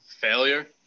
failure